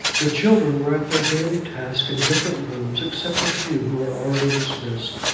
the children were at their daily tasks in different rooms, except a few who were already dismissed,